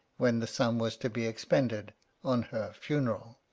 when the sum was to be expended on her funeral.